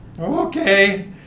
Okay